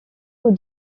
aux